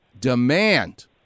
demand